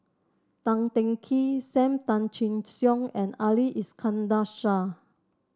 Tan Teng Kee Sam Tan Chin Siong and Ali Iskandar Shah